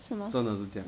什么